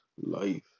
life